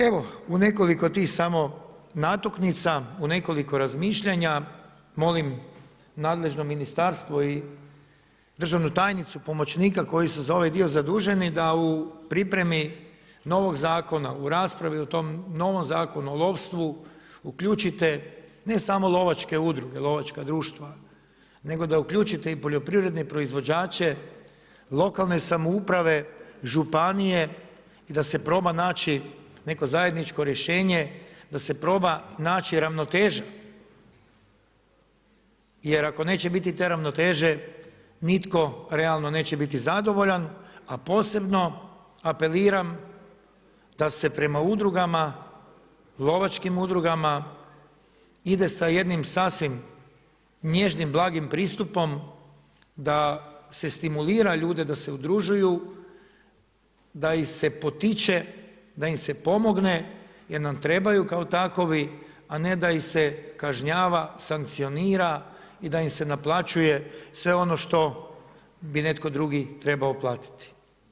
Evo u nekoliko tih samo natuknica, u nekoliko razmišljanja, molim nadležno ministarstvo i državnu tajnicu, pomoćnika koji su za ovaj dio zaduženi da u pripremi novog zakona u raspravi o tom novom Zakonu o lovstvu uključite ne samo lovačke udruge, lovačka društva nego da uključite i poljoprivredne proizvođače, lokalne samouprave, županije i da se proba naći neko zajedničko rješenje, da se proba naći ravnoteža jer ako neće biti te ravnoteže nitko realno neće biti zadovoljan, a posebno apeliram da se prema udrugama, lovačkim udrugama ide da jednim sasvim nježnim, blagim pristupom, da se stimulira ljude da se udružuju, da ih se potiče, da im se pomogne jer nam trebaju kao takovi, a ne da ih se kažnjava, sankcionira i da im se naplaćuje sve ono što bi netko drugi trebao platiti.